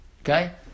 Okay